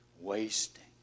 Wasting